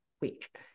week